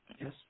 Yes